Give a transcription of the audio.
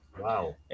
Wow